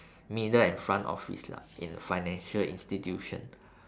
middle and front office lah in a financial institution